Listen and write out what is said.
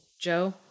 Joe